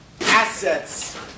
assets